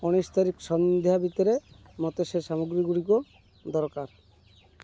ଉଣେଇଶ ତାରିଖ ସନ୍ଧ୍ୟା ଭିତରେ ମୋତେ ସେ ସାମଗ୍ରୀଗୁଡ଼ିକୁ ଦରକାର